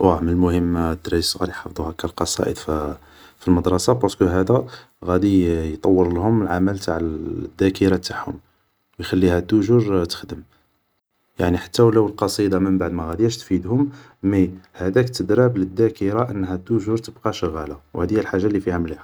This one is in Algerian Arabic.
واه من المهم الدراري صغار يحفضو هاكا القصائد في المدرسة, بارسكو هادا غادي يطورلهم العمل تاع الذاكرة تاعهم, و يخليها توجور تخدم, يعني حتى لو القصيدة من بعد ماغادياش تفيدهم, مي هاداك التدراب للذاكرة انها تبقى توجور شغالة, و هادي هي الحاجة لي فيها مليحة